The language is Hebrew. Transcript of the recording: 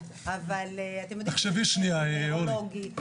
אבל אתם יודעים שזה נוירולוגי.